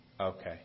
Okay